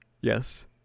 Yes